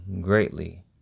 greatly